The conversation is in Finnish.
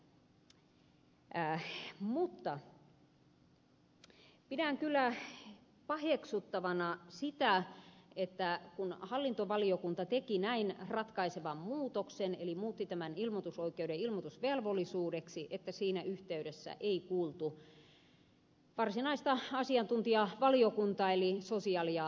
pidän kyllä paheksuttavana sitä että kun hallintovaliokunta teki näin ratkaisevan muutoksen eli muutti tämän ilmoitusoikeuden ilmoitusvelvollisuudeksi siinä yhteydessä ei kuultu varsinaista asiantuntijavaliokuntaa eli sosiaali ja terveysvaliokuntaa